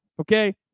Okay